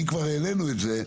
אם כבר העלנו את זה,